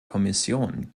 kommission